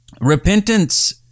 Repentance